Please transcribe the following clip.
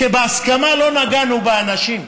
ובהסכמה לא נגענו באנשים,